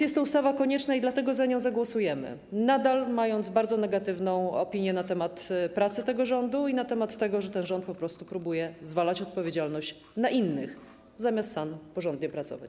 Jest to ustawa konieczna, dlatego za nią zagłosujemy, nadal mając bardzo negatywną opinię na temat pracy tego rządu, na temat tego, że ten rząd po prostu próbuje zwalać odpowiedzialność na innych zamiast porządnie pracować.